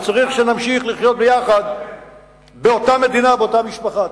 וצריך שנמשיך לחיות ביחד באותה מדינה באותה משפחה.